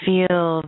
Feel